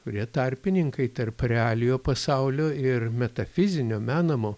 kurie tarpininkai tarp realiojo pasaulio ir metafizinio menamo